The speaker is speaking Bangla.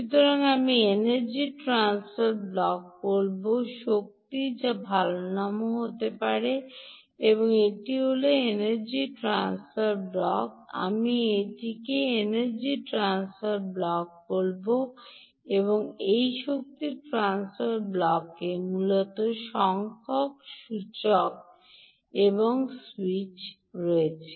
সুতরাং আমি এনার্জি ট্রান্সফার ব্লক বলব শক্তি যা ভাল নাম হতে পারে এটি হল এনার্জি হল আমি এটিকে এনার্জি ট্রান্সফার ব্লক বলব এই শক্তি ট্রান্সফার ব্লকে মূলত সংখ্যক সূচক এবং সুইচ রয়েছে